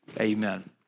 Amen